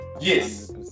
Yes